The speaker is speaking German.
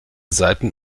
seiten